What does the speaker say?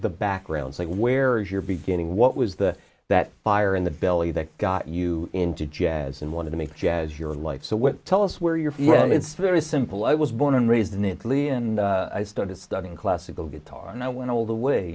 the backgrounds like where you're beginning what was the that fire in the belly that got you into jazz and want to make jazz your life so what tell us where you're from and it's very simple i was born and raised in italy and i started studying classical guitar and i went all the way